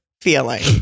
feeling